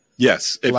Yes